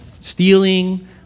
stealing